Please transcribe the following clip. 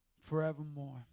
forevermore